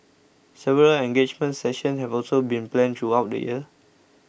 several engagement sessions have also been planned throughout the year